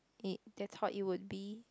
they they thought it would be